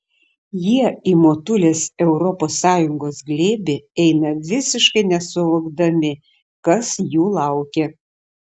jie į motulės europos sąjungos glėbį eina visiškai nesuvokdami kas jų laukia